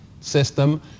system